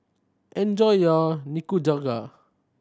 enjoy your Nikujaga